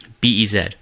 B-E-Z